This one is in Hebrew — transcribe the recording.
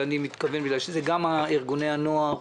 זה גם ארגוני הנוער.